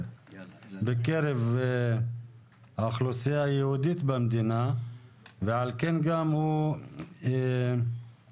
בקרב האוכלוסייה היהודית במדינה ועל כן גם הוא מהווה